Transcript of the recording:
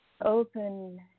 Open